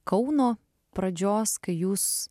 kauno pradžios kai jūs